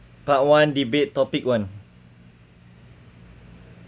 part one debate topic one